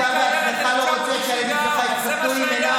כולם, כל רבני הציונות הדתית יוצאים נגדו.